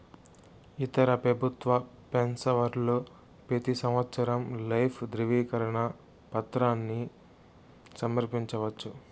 ఇతర పెబుత్వ పెన్సవర్లు పెతీ సంవత్సరం లైఫ్ దృవీకరన పత్రాని సమర్పించవచ్చు